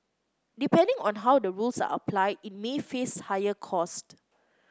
depending on how the rules are applied it may face higher costs